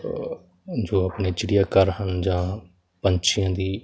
ਅਹ ਜੋ ਆਪਣੇ ਚਿੜੀਆਘਰ ਹਨ ਜਾਂ ਪੰਛੀਆਂ ਦੀ